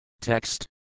Text